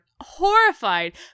horrified